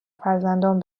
فرزندان